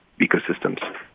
ecosystems